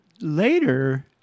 later